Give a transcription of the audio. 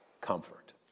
comfort